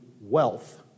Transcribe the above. wealth